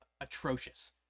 atrocious